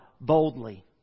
boldly